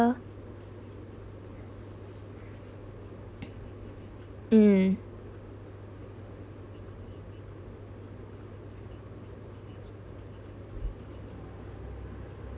mm